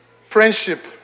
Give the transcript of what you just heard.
Friendship